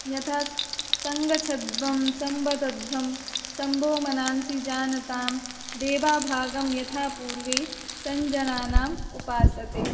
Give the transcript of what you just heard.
यथा सङ्गछध्वं संवदध्वं सं वो मनांसि जानतां देवा भागं यथा पूर्वे सञ्जनानाम् उपासते